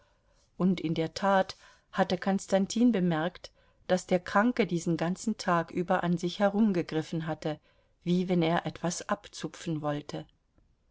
und in der tat hatte konstantin bemerkt daß der kranke diesen ganzen tag über an sich herumgegriffen hatte wie wenn er etwas abzupfen wollte